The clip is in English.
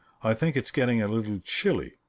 i think it's getting a little chilly.